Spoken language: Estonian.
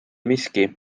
miski